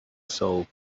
soul